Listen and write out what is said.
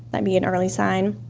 that'd be an early sign.